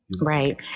Right